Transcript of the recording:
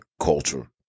culture